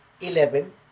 eleven